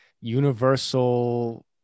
universal